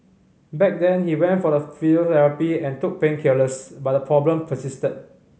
back then he went for a physiotherapy and took painkillers but the problem persisted